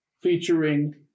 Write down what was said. featuring